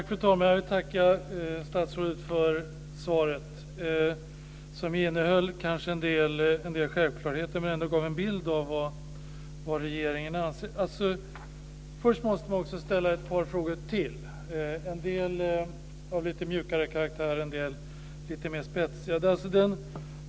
Fru talman! Jag tackar statsrådet för svaret, som innehöll en del självklarheter men ändå gav en bild av vad regeringen anser. Jag måste också ställa några frågor till, en del av lite mjukare karaktär och en del lite mer spetsiga.